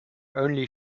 only